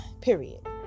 period